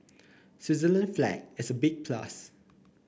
Switzerland flag is a big plus